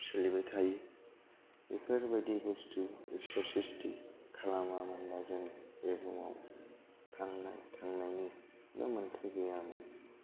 सोलिबाय थायो बेफोर बायदि बुस्तुखौ सोर स्रिशति खालामामोन होनबा जोंङो बे बुहुमाव थांनानै थानायनि जेबो मोनथाय गैयामोन